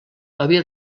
havia